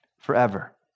forever